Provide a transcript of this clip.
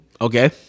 Okay